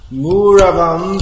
muravam